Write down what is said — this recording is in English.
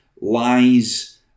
lies